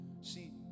See